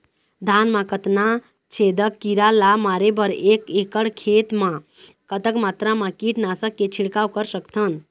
धान मा कतना छेदक कीरा ला मारे बर एक एकड़ खेत मा कतक मात्रा मा कीट नासक के छिड़काव कर सकथन?